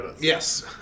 Yes